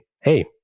hey